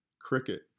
Cricket